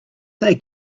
they